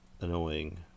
annoying